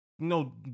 No